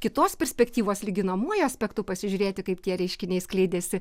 kitos perspektyvos lyginamuoju aspektu pasižiūrėti kaip tie reiškiniai skleidėsi